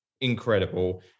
incredible